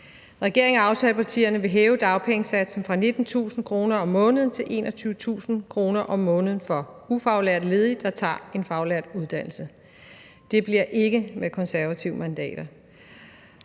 Regeringen og aftalepartierne vil hæve dagpengesatsen fra 19.000 kr. om måneden til 21.000 kr. om måneden for ufaglærte ledige, der tager en faglært uddannelse. Det bliver ikke med konservative mandater,